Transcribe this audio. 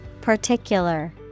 Particular